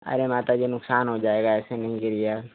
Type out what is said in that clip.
अरे माता जी नुक़सान हो जाएगा ऐसे नहीं गिरिए